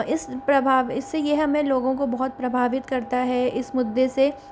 इस प्रभाव इससे यह हमें लोगों को बहुत प्रभावित करता है इस मुद्दे से